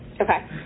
Okay